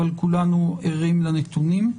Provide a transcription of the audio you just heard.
אבל כולנו ערים לנתונים.